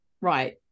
right